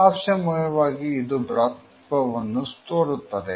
ಹಾಸ್ಯಮಯವಾಗಿ ಇದು ಭ್ರಾತೃತ್ವವನ್ನು ತೋರುತ್ತದೆ